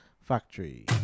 Factory